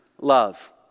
love